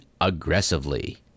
aggressively